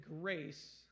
grace